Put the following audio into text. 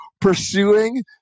pursuing